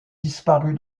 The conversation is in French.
disparu